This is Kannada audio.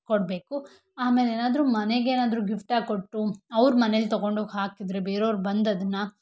ಕೊಡಬೇಕು ಆಮೇಲೆ ಏನಾದ್ರೂ ಮನೆಗೆ ಏನಾದ್ರೂ ಗಿಫ್ಟಾಗಿ ಕೊಟ್ಟು ಅವ್ರ ಮನೆಲಿ ತೊಗೊಂಡು ಹಾಕಿದರೆ ಬೇರೊವ್ರು ಬಂದು ಅದನ್ನು